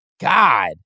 God